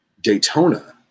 Daytona